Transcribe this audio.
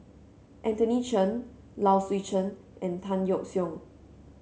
Anthony Chen Low Swee Chen and Tan Yeok Seong